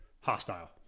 hostile